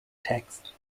text